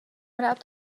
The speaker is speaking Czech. rád